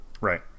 right